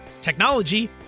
technology